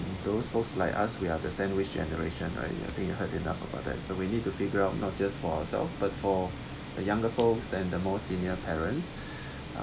and those folks like us we have the sandwich generation right I think you heard enough about that it's we need to figure out not just for ourselves but for the younger folks than the more senior parents